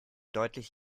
deutlich